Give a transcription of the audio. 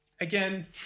again